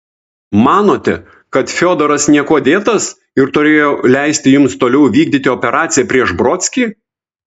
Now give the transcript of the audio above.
manote kad fiodoras niekuo dėtas ir turėjau leisti jums toliau vykdyti operaciją prieš brodskį